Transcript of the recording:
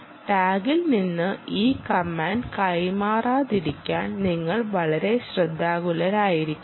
ടാഗിൽ നിന്ന് ഈ കമാൻഡ് കൈമാറാതിരിക്കാൻ നിങ്ങൾ വളരെ ശ്രദ്ധാലുവായിരിക്കണം